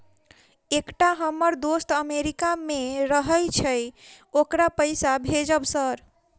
एकटा हम्मर दोस्त अमेरिका मे रहैय छै ओकरा पैसा भेजब सर?